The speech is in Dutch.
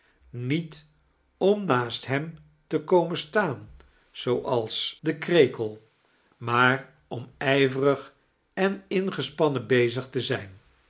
niet om naast hem te komen staan zooals de krekel maar om ijverdg en ingespannem bezig te zijn